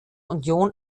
union